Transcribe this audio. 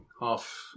half